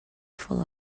full